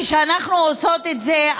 כשאנחנו עושות את זה,